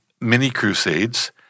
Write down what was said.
mini-crusades